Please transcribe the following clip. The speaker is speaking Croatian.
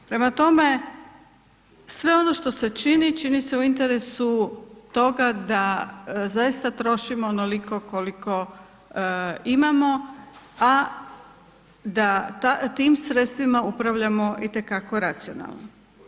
Prema tome, sve ono što se čini, čini se u interesu toga da zaista trošimo onoliko koliko imamo, a da tim sredstvima upravljamo itekako racionalno.